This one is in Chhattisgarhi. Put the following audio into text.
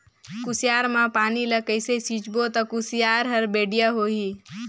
कुसियार मा पानी ला कइसे सिंचबो ता कुसियार हर बेडिया होही?